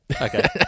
Okay